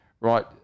Right